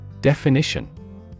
Definition